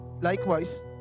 Likewise